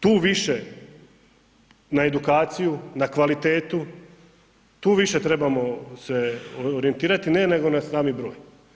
tu više na edukaciju, na kvalitetu tu više trebamo se orijentirani ne nego na sami broj.